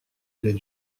les